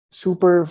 super